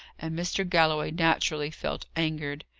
and mr. galloway naturally felt angered.